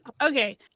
Okay